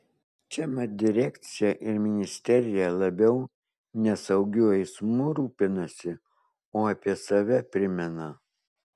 čia mat direkcija ir ministerija labiau ne saugiu eismu rūpinasi o apie save primena